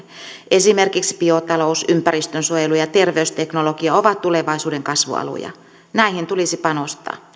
esimerkiksi biotalous ympäristönsuojelu ja ter veysteknologia ovat tulevaisuuden kasvualoja näihin tulisi panostaa